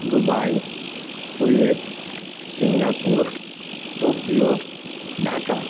Dubai Kuwait Singapore Tokyo Dhaka